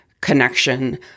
connection